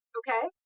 okay